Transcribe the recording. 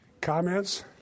Comments